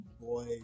boy